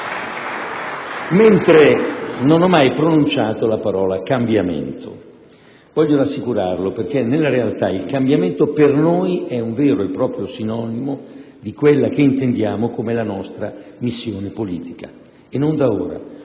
contrario, non ho mai pronunciato la parola cambiamento. Voglio rassicurare il senatore Morando. Nella realtà il cambiamento è per noi un vero e proprio sinonimo di quella che intendiamo come la nostra missione politica, e non da ora.